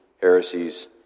heresies